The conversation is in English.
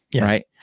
Right